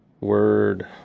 Word